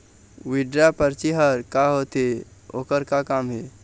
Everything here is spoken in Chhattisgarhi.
विड्रॉ परची हर का होते, ओकर का काम हे?